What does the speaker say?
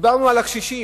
דיברנו על הקשישים.